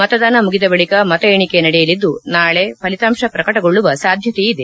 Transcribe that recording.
ಮತದಾನ ಮುಗಿದ ಬಳಕ ಮತ ಎಣಿಕೆ ನಡೆಯಲಿದ್ದು ನಾಳೆ ಫಲಿತಾಂತ ಪ್ರಕಟಗೊಳ್ಳುವ ಸಾಧ್ಯತೆ ಇದೆ